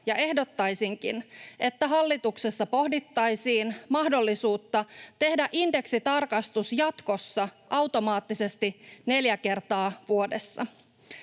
ja ehdottaisinkin, että hallituksessa pohdittaisiin mahdollisuutta tehdä indeksitarkastus jatkossa automaattisesti neljä kertaa vuodessa.